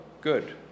good